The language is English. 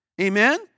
Amen